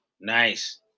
nice